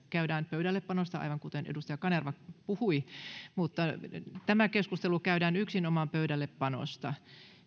käydään keskustelua pöydällepanosta aivan kuten edustaja kanerva puhui mutta tämä keskustelu käydään nyt yksinomaan pöydällepanosta